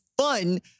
fun